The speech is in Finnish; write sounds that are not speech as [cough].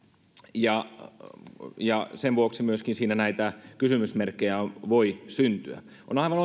ja ja sen vuoksi myöskin siinä näitä kysymysmerkkejä voi syntyä on aivan [unintelligible]